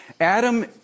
Adam